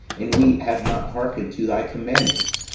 and we have not hearkened to thy commandments,